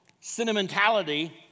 sentimentality